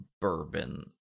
bourbon